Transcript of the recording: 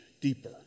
deeper